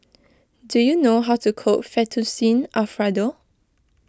do you know how to cook Fettuccine Alfredo